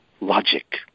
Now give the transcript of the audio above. logic